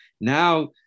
now